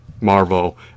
Marvel